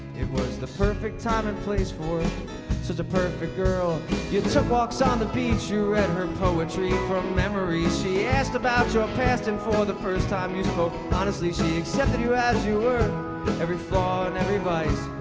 it was the perfect time and place for such a perfect girl you took so walks on the beach you read her poetry from memory she asked about your past and for the first time you spoke honestly she accepted you as you were every flaw and every vice